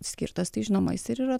skirtas tai žinoma jis ir yra